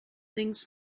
things